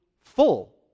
full